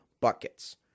buckets